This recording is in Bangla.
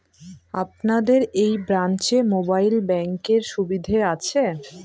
আপনাদের এই ব্রাঞ্চে মোবাইল ব্যাংকের সুবিধে আছে?